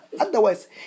Otherwise